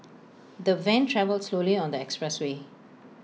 the van travelled slowly on the expressway